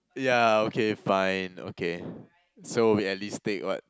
ya okay fine okay so we at least take what